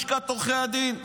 לשכת עורכי הדין,